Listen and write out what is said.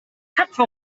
köpfe